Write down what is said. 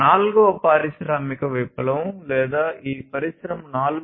నాల్గవ పారిశ్రామిక విప్లవం లేదా ఈ పరిశ్రమ 4